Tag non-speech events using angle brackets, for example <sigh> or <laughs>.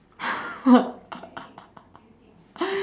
<laughs>